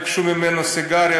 ביקשו ממנו סיגריה.